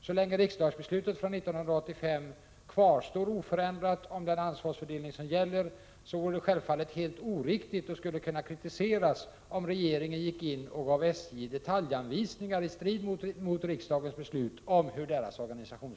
Så länge riksdagsbeslutet från 1985 beträffande ansvarsfördelningen kvarstår oförändrat, vore det självfallet ett helt oriktigt förfarande, vilket skulle kunna kritiseras, om regeringen gick in och gav SJ detaljanvisningar i strid mot riksdagens beslut rörande SJ:s egen organisation.